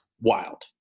wild